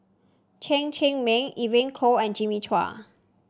Chen Cheng Mei Evon Kow and Jimmy Chua